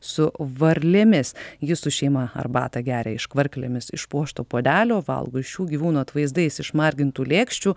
su varlėmis ji su šeima arbatą geria iš kvarklėmis išpuošto puodelio valgo šių gyvūnų atvaizdais išmargintų lėkščių